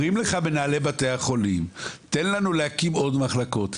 אומרים לך מנהלי בתי החולים: תן לנו להקים עוד מחלקות,